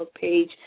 page